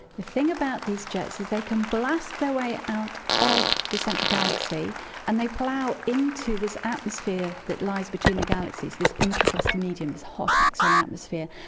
the thing about these jets is they can blast their way out of the central galaxy and they plough into this atmosphere that lies between the galaxies, this intra-cluster medium, this hot x-ray atmosphere.